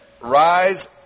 Rise